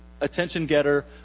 attention-getter